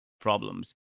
problems